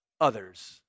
others